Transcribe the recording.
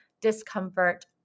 discomfort